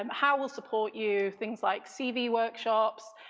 um how we'll support you, things like cv workshops,